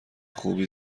خوبی